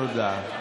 תודה.